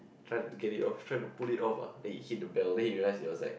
try to get it off try to pull it off ah then he hit the bell then he realize it was like